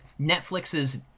Netflix's